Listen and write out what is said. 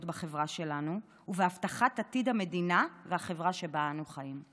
בחברה שלנו ולהבטחת עתיד המדינה והחברה שבה אנו חיים.